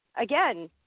again